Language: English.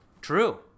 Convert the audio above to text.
True